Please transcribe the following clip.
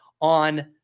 on